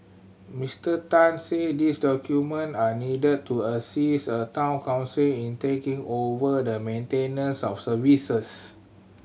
Mister Tan said these document are needed to assist a Town Council in taking over the maintenance of services